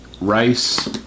Rice